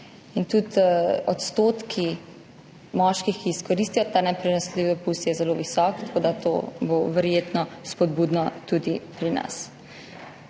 In tudi odstotek moških, ki izkoristijo ta neprenosljivi dopust, je zelo visok, tako da to bo verjetno spodbudno tudi pri nas.